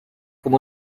como